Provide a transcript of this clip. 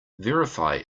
verify